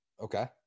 Okay